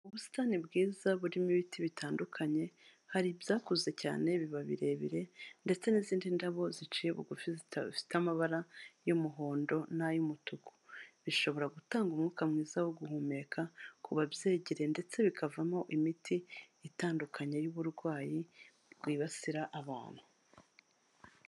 Ubusitani bwiza burimo ibiti bitandukanye hari byakuze cyane biba birebire ndetse n'izindi ndabo ziciye bugufi zidafite amabara y'umuhondo n'ayumutuku, bishobora gutanga umwuka mwiza wo guhumeka ku babyegereye ndetse bikavamo imiti itandukanye y'uburwayi bwibasira abantu.